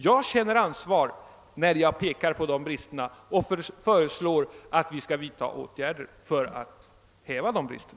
Jag känner ansvar när jag pekar på de bristerna och fö reslår, att vi skall vidta åtgärder för att häva dessa brister.